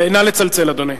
נא לצלצל, אדוני.